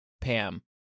Pam